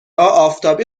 آفتابی